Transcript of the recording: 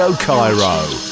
Cairo